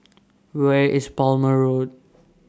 Where IS Plumer Road